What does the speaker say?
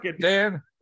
Dan